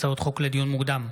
הצעות חוק לדיון מוקדם,